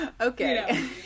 Okay